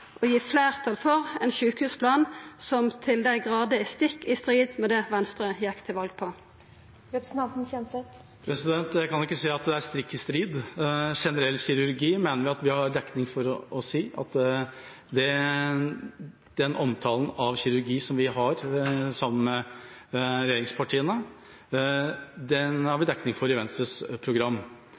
å gi fleirtal for ein sjukehusplan som til dei grader er stikk i strid med det Venstre gjekk til val på. Jeg kan ikke se at det er stikk i strid. Den omtalen av kirurgi som vi har sammen med regjeringspartiene, er det dekning for i Venstres program.